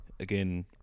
again